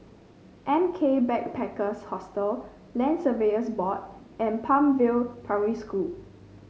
M K Backpackers Hostel Land Surveyors Board and Palm View Primary School